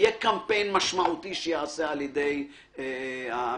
יהיה קמפיין משמעותי שייעשה על-ידי המשרד.